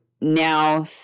now